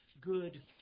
good